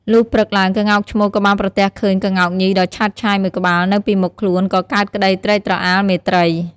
លុះព្រឹកឡើងក្ងោកឈ្មោលក៏បានប្រទះឃើញក្ងោកញីដ៏ឆើតឆាយមួយក្បាលនៅពីមុខខ្លួនក៏កើតក្ដីត្រេកត្រអាលមេត្រី។